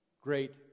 Great